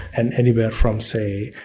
and anywhere from say,